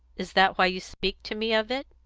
is that why you speak to me of it?